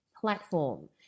platform